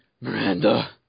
Miranda